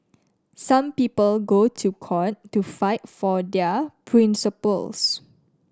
some people go to court to fight for their principles